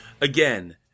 again